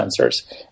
sensors